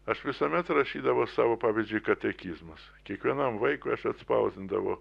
aš visuomet rašydavau savo pavyzdžiui katekizmus kiekvienam vaikui aš atspausdindavau